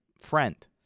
friend